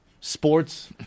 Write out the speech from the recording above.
sports